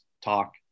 talk